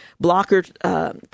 blocker